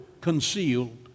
concealed